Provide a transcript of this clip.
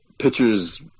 pitcher's